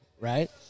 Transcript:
right